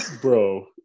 Bro